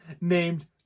named